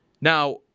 Now